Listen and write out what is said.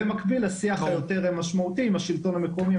זאת במקביל לשיח יותר משמעותי עם השלטון המקומי,